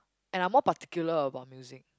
and I'm more particular about music